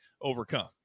overcome